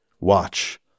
Watch